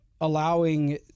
allowing